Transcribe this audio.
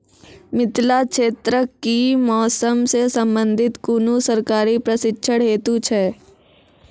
मिथिला क्षेत्रक कि मौसम से संबंधित कुनू सरकारी प्रशिक्षण हेतु छै?